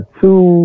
two